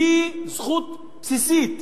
היא זכות בסיסית,